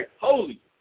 Holy